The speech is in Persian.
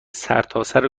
سرتاسر